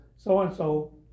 So-and-so